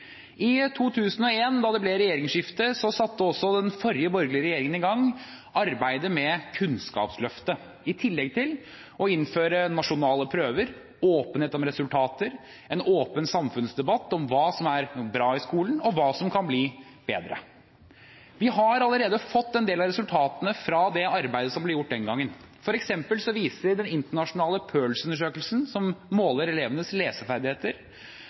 I 2001, da det ble regjeringsskifte, satte den forrige borgerlige regjeringen i gang arbeidet med Kunnskapsløftet, i tillegg til å innføre nasjonale prøver, åpenhet om resultater og en åpen samfunnsdebatt om hva som er bra i skolen, og hva som kan bli bedre. Vi har allerede fått en del av resultatene fra det arbeidet som ble gjort den gangen. For eksempel viser den internasjonale PIRLS-undersøkelsen, som måler elevenes leseferdigheter,